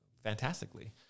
Fantastically